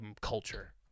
culture